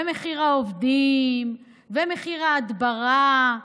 מחיר העובדים, מחיר ההדברה.